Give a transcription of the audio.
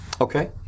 Okay